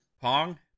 Pong